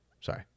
Sorry